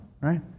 right